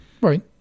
right